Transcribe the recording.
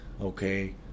okay